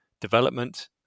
development